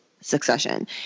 Succession